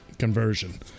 conversion